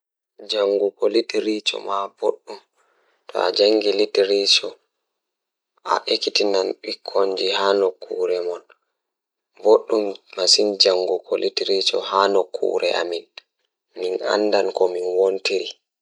Eey, ko laawol ngam study literature sabu ɓe waawi nyawtude laamɗe e jeyɓe ngal. Literature waawi waɗde ɓe njifti hoore rewɓe ngal, ko fowru e sabu ko laamɗe e jokkondirde. Ko fiyaangu ngal ɗum waɗi sabu ndiyam e jengɗe miijo